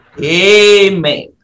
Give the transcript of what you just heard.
Amen